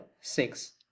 six